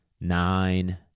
nine